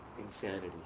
insanity